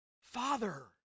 Father